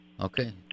Okay